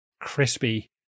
Crispy